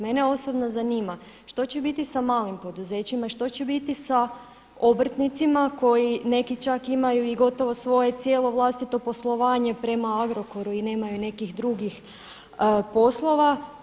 Mene osobno zanima, što će biti sa malim poduzećima i što će biti sa obrtnicima koji neki čak imaju i gotovo svoje cijelo vlastito poslovanje prema Agrokoru i nemaju nekih drugih poslova?